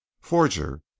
forger